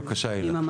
בבקשה, הילה.